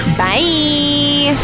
bye